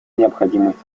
необходимость